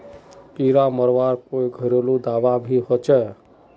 कीड़ा मरवार कोई घरेलू दाबा भी होचए?